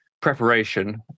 preparation